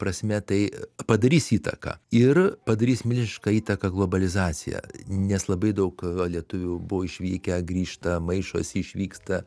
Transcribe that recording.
prasme tai padarys įtaką ir padarys milžinišką įtaką globalizacija nes labai daug va lietuvių buvo išvykę grįžta maišosi išvyksta